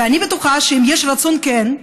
ואני בטוחה שאם יש רצון כן,